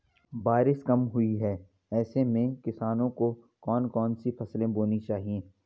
बारिश कम हुई है ऐसे में किसानों को कौन कौन सी फसलें बोनी चाहिए?